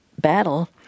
battle